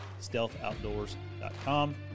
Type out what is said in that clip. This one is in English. StealthOutdoors.com